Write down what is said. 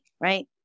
right